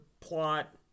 plot